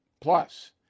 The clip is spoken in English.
Plus